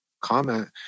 comment